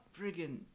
friggin